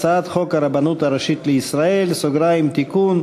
הצעת חוק הרבנות הראשית לישראל (תיקון,